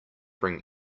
bring